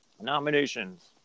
nominations